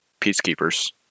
peacekeepers